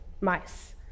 mice